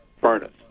furnace